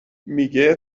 میگه